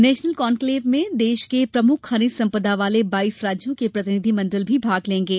national conclave में देश के प्रमुख खनिज सम्पदा वाले बाईस राज्यों के प्रतिनिधि मण्डल भी भाग लेंगे